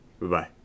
Bye-bye